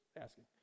asking